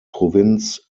provinz